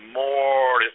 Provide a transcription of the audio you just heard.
more